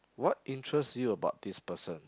what interest you about this person